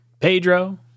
Pedro